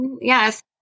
Yes